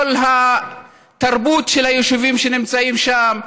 כל התרבות של היישובים שנמצאים שם,